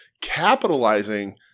capitalizing